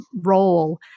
role